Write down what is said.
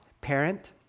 Parent